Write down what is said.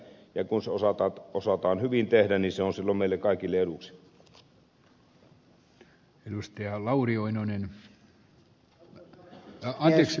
kun se osataan hyvin tehdä niin se on silloin meille kaikille eduksi